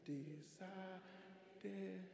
decided